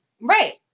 Right